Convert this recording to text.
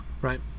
right